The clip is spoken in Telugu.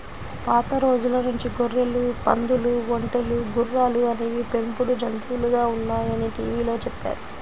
పాత రోజుల నుంచి గొర్రెలు, పందులు, ఒంటెలు, గుర్రాలు అనేవి పెంపుడు జంతువులుగా ఉన్నాయని టీవీలో చెప్పారు